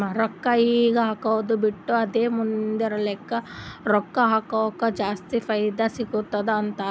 ರೊಕ್ಕಾ ಈಗ ಹಾಕ್ಕದು ಬಿಟ್ಟು ಅದೇ ಮುಂದ್ ರೊಕ್ಕಾ ಹಕುರ್ ಜಾಸ್ತಿ ಫೈದಾ ಸಿಗತ್ತುದ ಅಂತಾರ್